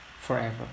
forever